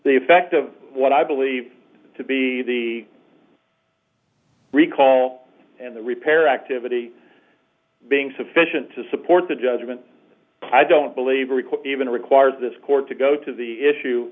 the effect of what i believe to be the recall and the repair activity being sufficient to support the judgment i don't believe even requires this court to go to the issue